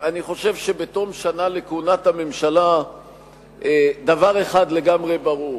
אני חושב שבתום שנה לכהונת הממשלה דבר אחד לגמרי ברור: